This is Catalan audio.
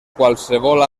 qualsevol